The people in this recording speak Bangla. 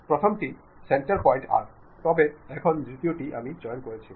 প্রথমটি সেন্টার পয়েন্ট আর্ক তবে এখন দ্বিতীয়টি আমি চয়ন করেছি